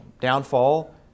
downfall